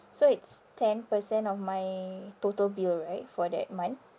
so it's ten percent of my total bill right for that month